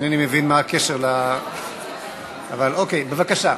אינני מבין מה הקשר, אבל אוקיי, בבקשה,